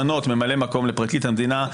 למנות ממלא-מקום לפרקליט המדינה.